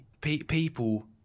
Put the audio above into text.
people